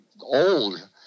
old